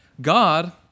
God